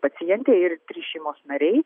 pacientė ir trys šeimos nariai